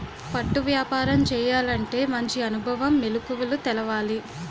పట్టు వ్యాపారం చేయాలంటే మంచి అనుభవం, మెలకువలు తెలవాలి